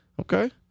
Okay